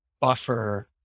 Buffer